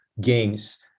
Games